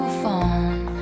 phone